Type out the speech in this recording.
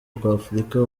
rw’afurika